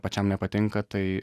pačiam nepatinka tai